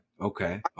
Okay